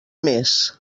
més